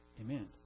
Amen